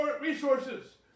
resources